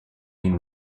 been